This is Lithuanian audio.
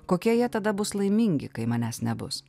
kokie jie tada bus laimingi kai manęs nebus